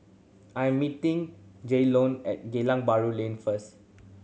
I am meeting Jaylon at Geylang Bahru Lane first